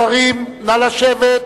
השרים, נא לשבת.